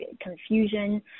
confusion